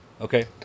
Okay